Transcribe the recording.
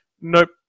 Nope